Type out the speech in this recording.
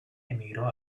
emigró